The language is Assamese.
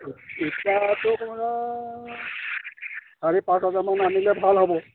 ইটাটো আপোনাৰ চাৰি পাঁচ হাজাৰমান আনিলে ভাল হ'ব